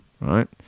right